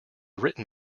written